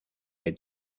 que